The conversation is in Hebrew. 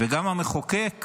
וגם המחוקק